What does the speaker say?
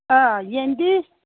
ꯑꯥ ꯌꯦꯟꯗꯤ